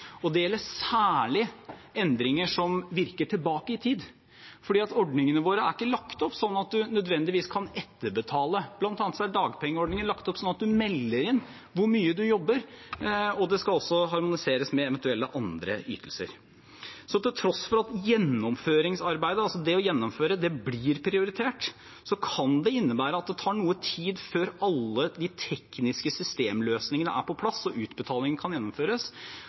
Det gjelder særlig endringer som virker tilbake i tid, for ordningene våre er ikke lagt opp sånn at man nødvendigvis kan etterbetale. Blant annet er dagpengeordningen lagt opp sånn at man melder inn hvor mye man jobber, og det skal også harmoniseres med eventuelle andre ytelser. Til tross for at gjennomføringsarbeidet – altså det å gjennomføre – blir prioritert, kan det innebære at det tar noe tid før alle de tekniske systemløsningene er på plass og utbetalingen kan gjennomføres.